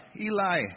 Eli